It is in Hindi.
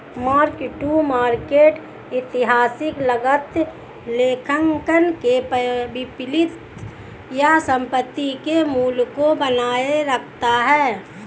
मार्क टू मार्केट ऐतिहासिक लागत लेखांकन के विपरीत है यह संपत्ति के मूल्य को बनाए रखता है